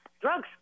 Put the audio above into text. drugs